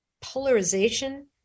polarization